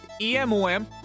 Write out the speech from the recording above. EMOM